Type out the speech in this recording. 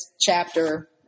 chapter